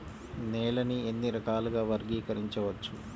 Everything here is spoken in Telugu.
నేలని ఎన్ని రకాలుగా వర్గీకరించవచ్చు?